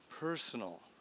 personal